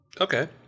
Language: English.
Okay